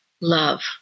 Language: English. love